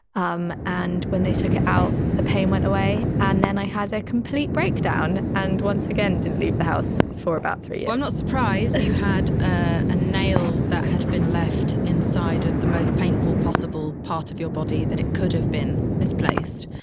um and when they took it out, the pain went away. and then i had a complete breakdown and once again didn't leave the house for about three years well, i'm not surprised and you had ah a nail that had been left inside of the most painful possible part of your body that it could have been misplaced.